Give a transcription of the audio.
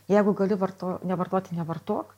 jeigu gali varto nevartoti nevartok